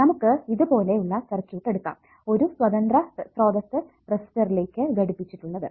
നമുക്ക് ഇതുപോലെ ഉള്ള സർക്യൂട്ട് എടുക്കാം ഒരു സ്വതന്ത്ര സ്രോതസ്സ് റെസിസ്റ്ററിലേക്ക് ഘടിപ്പിച്ചിട്ടുള്ളത്